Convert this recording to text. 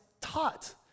taught